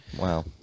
Wow